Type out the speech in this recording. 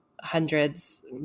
hundreds